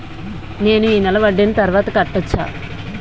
నేను ఈ నెల వడ్డీని తర్వాత కట్టచా?